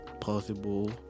possible